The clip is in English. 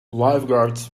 lifeguards